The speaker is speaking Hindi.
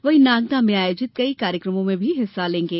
वहीं नागदा में आयोजित कई कार्यक्रमों में हिस्सा लेंगे